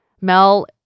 Mel